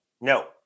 No